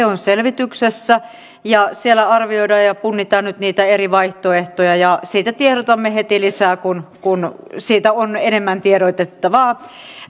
on selvityksessä ja siellä arvioidaan ja punnitaan nyt niitä eri vaihtoehtoja siitä tiedotamme heti lisää kun kun siitä on enemmän tiedotettavaa